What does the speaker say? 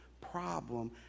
problem